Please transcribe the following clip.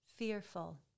Fearful